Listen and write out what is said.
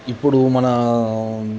ఇప్పుడు మన